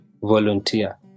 volunteer